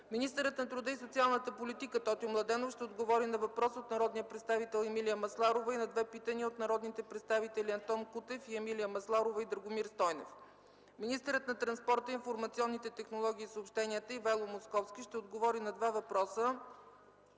Министърът на труда и социалната политика Тотю Младенов ще отговори на въпрос от народния представител Емилия Масларова и на 2 питания от народните представители Антон Кутев и Емилия Масларова и Драгомир Стойнев. Министърът на транспорта, информационните технологии и съобщенията Ивайло Московски ще отговори на 2 въпроса